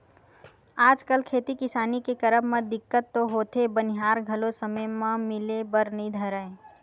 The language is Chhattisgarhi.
आजकल खेती किसानी के करब म दिक्कत तो होथे बनिहार घलो समे म मिले बर नइ धरय